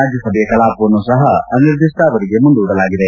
ರಾಜ್ಯಸಭೆಯ ಕಲಾಪವನ್ನು ಸಹ ಅನಿರ್ಧಿಪ್ಟಾವಧಿಗೆ ಮುಂದೂಡಲಾಗಿದೆ